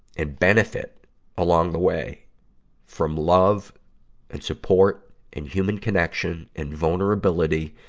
and benefit along the way from love and support and human connection and vulnerability.